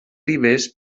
ribes